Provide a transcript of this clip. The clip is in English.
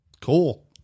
cool